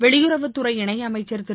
வெளியுறவுத்துறை இணையமைச்சர் திரு